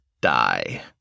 die